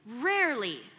rarely